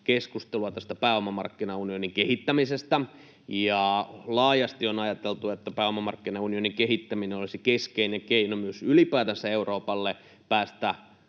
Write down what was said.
keskustelua pääomamarkkinaunionin kehittämisestä. Laajasti on ajateltu, että pääomamarkkinaunionin kehittäminen olisi keskeinen keino myös ylipäätänsä Euroopalle päästä